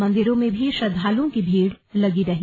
मंदिरों में भी श्रद्वालुओं की भीड़ लगी रही